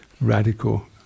Radical